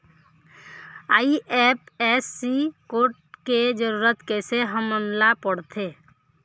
IFSC code के जरूरत कैसे हमन ला पड़थे?